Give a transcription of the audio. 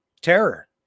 terror